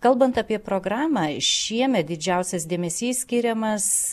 kalbant apie programą šiemet didžiausias dėmesys skiriamas